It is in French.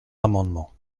amendements